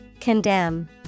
Condemn